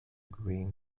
green